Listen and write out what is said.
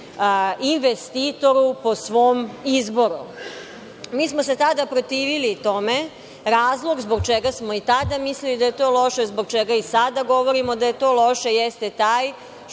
investitoru po svom izboru. Mi smo se tada protivili tome. Razlog zbog čega smo i tada mislili da je to loše, zbog čega i sada govorimo da je to loše, jeste taj